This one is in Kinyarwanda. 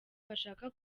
bashaka